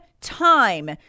time